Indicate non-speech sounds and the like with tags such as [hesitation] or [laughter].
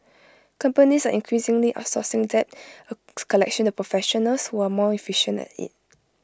companies are increasingly outsourcing debt [hesitation] collection to professionals who are more efficient at IT